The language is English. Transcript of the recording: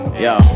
Yo